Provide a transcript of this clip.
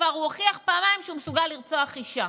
כבר הוכיח פעמיים שהוא מסוגל לרצוח אישה